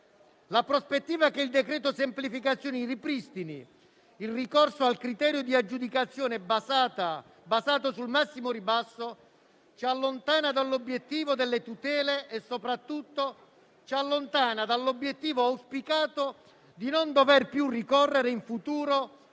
La prospettiva che il cosiddetto decreto semplificazioni ripristini il ricorso al criterio di aggiudicazione basato sul massimo ribasso ci allontana dall'obiettivo delle tutele e, soprattutto, dal traguardo auspicato di non dover più ricorrere in futuro